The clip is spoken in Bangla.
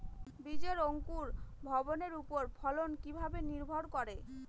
বীজের অঙ্কুর ভবনের ওপর ফলন কিভাবে নির্ভর করে?